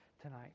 tonight